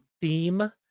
theme